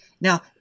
Now